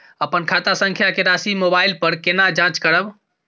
अपन खाता संख्या के राशि मोबाइल पर केना जाँच करब?